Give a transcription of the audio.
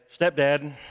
stepdad